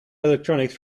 electronics